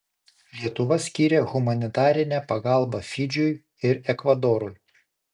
lietuva skyrė humanitarinę pagalbą fidžiui ir ekvadorui